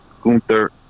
Gunther